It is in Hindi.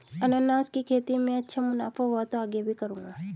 अनन्नास की खेती में अच्छा मुनाफा हुआ तो आगे भी करूंगा